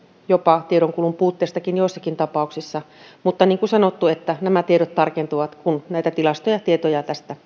jopa tiedonkulun puutteesta joissakin tapauksissa mutta niin kuin sanottu nämä tiedot tarkentuvat kun tilastoja ja tietoja tästä